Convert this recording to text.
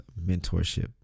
mentorship